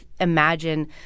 imagine